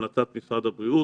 בהמלצת משרד הבריאות.